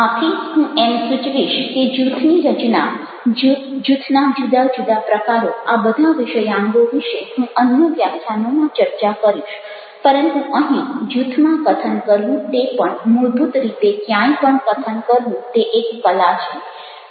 આથી હું એમ સૂચવીશ કે જૂથની રચના જૂથના જુદા જુદા પ્રકારો આ બધા વિષયાંગો વિશે હું અન્ય વ્યાખ્યાનોમાં ચર્ચા કરીશ પરંતુ અહીં જૂથમાં કથન કરવું તે પણ મૂળભૂત રીતે ક્યાંય પણ કથન કરવું તે એક કલા છે